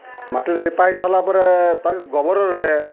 ମାଟିରେ ଲିପା ହେଇ ସାର୍ଲା ପରେ ତାକୁ ଗୋବରରେ